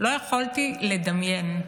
לא יכולתי לדמיין.